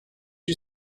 you